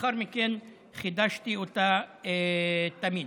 ולאחר מכן חידשתי אותה תמיד.